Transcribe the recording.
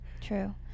True